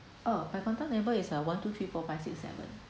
uh my contact number is uh one two three four five six seven